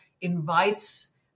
invites